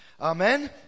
Amen